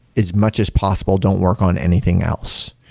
as much as possible, don't work on anything else.